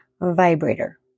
vibrator